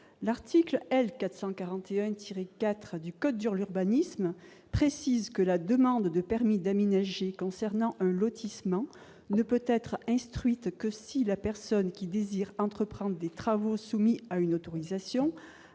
L'article L. 441-4 du code de l'urbanisme précise que la demande de permis d'aménager concernant un lotissement ne peut être instruite que si la personne qui désire entreprendre des travaux soumis à une autorisation